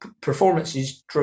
performances